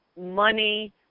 money